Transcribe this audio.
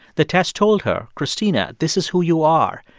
the test told her christina, this is who you are.